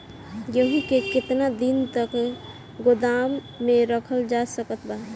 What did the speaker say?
गेहूँ के केतना दिन तक गोदाम मे रखल जा सकत बा?